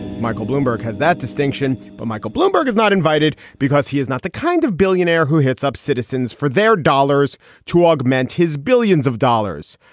michael bloomberg has that distinction but michael bloomberg is not invited because he is not the kind of billionaire who hits up citizens for their dollars to augment his billions of dollars.